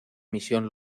misión